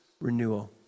renewal